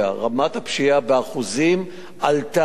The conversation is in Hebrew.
רמת הפשיעה באחוזים עלתה.